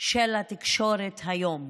של התקשורת היום.